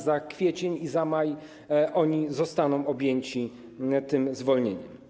Za kwiecień i za maj zostaną oni objęci tym zwolnieniem.